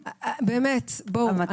בואו.